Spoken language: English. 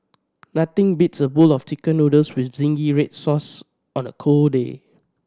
nothing beats a bowl of Chicken Noodles with zingy red sauce on a cold day